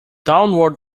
downward